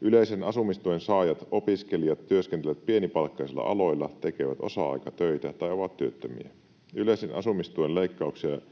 Yleisen asumistuen saajat, opiskelijat, työskentelevät pienipalkkaisilla aloilla, tekevät osa-aikatöitä tai ovat työttömiä. Yleisen asumistuen leikkaukset